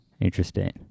Interesting